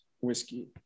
whiskey